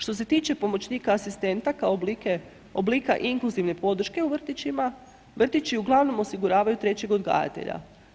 Što se tiče pomoćnika asistenta, kao oblika inkluzivne podrške u vrtićima, vrtići uglavnom osiguravaju trećeg odgajatelja.